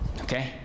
Okay